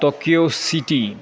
Tokyo city